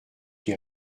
qui